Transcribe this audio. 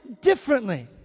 differently